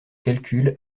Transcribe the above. calcule